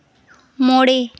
ᱢᱚᱬᱮ